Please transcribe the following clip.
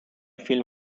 فیلم